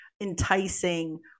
enticing